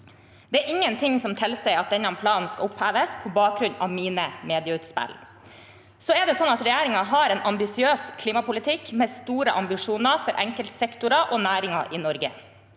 Det er ingenting som tilsier at denne planen skal oppheves på bakgrunn av mine medieutspill. Regjeringen har en ambisiøs klimapolitikk med store ambisjoner for enkeltsektorer og næringer i Norge.